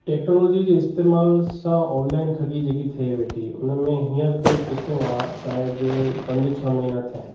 technology जे इस्तेमाल online ठगी जेकी थे वेठी उन में हींअर कोई किसो आहे शायद पंज छ महीना थिया आहिनि